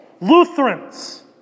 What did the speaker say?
Lutherans